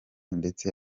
ndetse